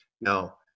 Now